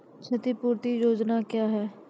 क्षतिपूरती योजना क्या हैं?